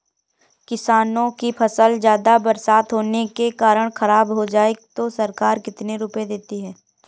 किसानों की फसल ज्यादा बरसात होने के कारण खराब हो जाए तो सरकार कितने रुपये देती है?